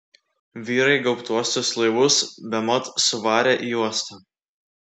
vyrai gaubtuosius laivus bemat suvarė į uostą